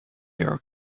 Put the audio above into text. your